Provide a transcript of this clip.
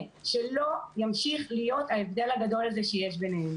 שלא ימשיך להיות ההבדל הגדול הזה שיש ביניהם